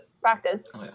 practice